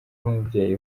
nk’umubyeyi